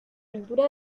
pintura